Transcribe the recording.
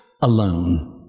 alone